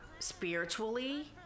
spiritually